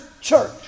Church